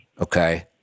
Okay